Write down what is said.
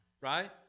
Right